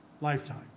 lifetime